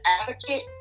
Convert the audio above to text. advocate